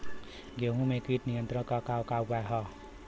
गेहूँ में कीट नियंत्रण क का का उपाय ह?